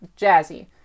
Jazzy